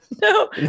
No